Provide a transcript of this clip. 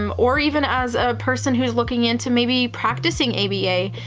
um or even as a person who's looking into maybe practicing aba,